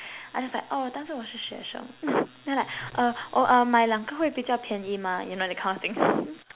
I just like oh 但是我是学生 then like uh oh uh 买两个会比较便宜吗 you know that kind of thing